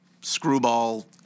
screwball